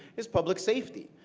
is public safety.